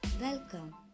Welcome